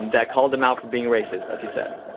that called him out for being racist as he says